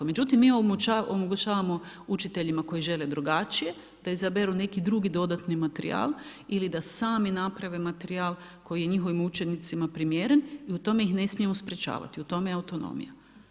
Međutim mi omogućavamo učiteljima koji žele drugačije da izaberu neki drugi dodatni materijal ili da sami naprave materijal koji je njihovim učenicima primjeren i u tome ih ne smijemo sprječavati, u tome je autonomija.